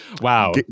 Wow